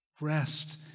Rest